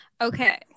okay